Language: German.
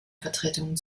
vertretungen